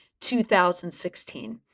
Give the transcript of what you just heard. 2016